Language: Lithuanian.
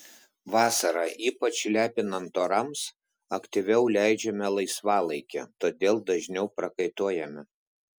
vasarą ypač lepinant orams aktyviau leidžiame laisvalaikį todėl dažniau prakaituojame